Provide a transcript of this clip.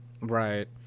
right